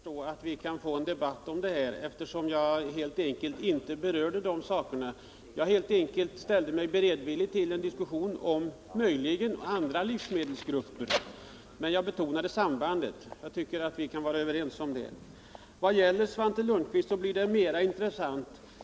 Her talman! Jag har utomordentligt svårt att förstå denna debatt, eftersom dessa frågor inte alls har berörts av mig. Jag förklarade mig beredvillig till en diskussion som skulle gälla andra livsmedelsgrupper än vad som nu har nämnts, men jag betonade samtidigt det samband som föreligger. Jag tror att vi kan vara överens om att det förhåller sig så. Det som Svante Lundkvist sade var mera intressant.